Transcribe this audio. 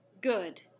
Good